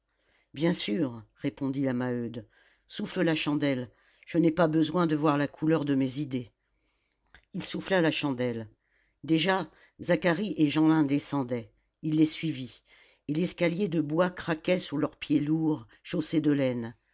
bien sûr répondit la maheude souffle la chandelle je n'ai pas besoin de voir la couleur de mes idées il souffla la chandelle déjà zacharie et jeanlin descendaient il les suivit et l'escalier de bois craquait sous leurs pieds lourds chaussés de laine